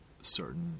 certain